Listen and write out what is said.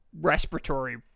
respiratory